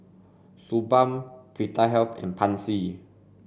Suu Balm Vitahealth and Pansy